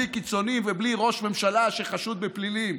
בלי קיצוניים ובלי ראש ממשלה שחשוד בפלילים.